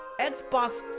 Xbox